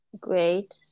Great